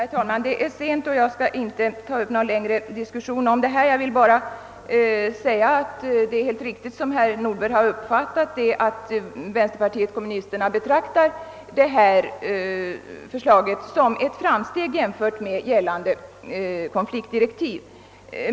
Herr talman! Det är sent och jag skall inte ta upp någon längre diskussion. Det är riktigt som herr Nordberg har uppfattat saken, att vänsterpartiet kommunisterna betraktar förslaget som ett framsteg jämfört med gällande konfliktdirektiv.